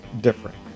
different